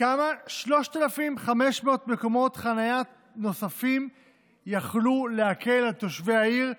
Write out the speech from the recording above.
כמה 3,500 מקומות חניה נוספים יכלו להקל על תושבי העיר,